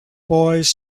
boys